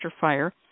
fire